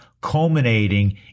culminating